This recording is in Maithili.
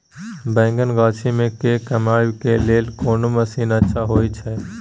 बैंगन गाछी में के कमबै के लेल कोन मसीन अच्छा होय छै?